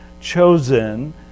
chosen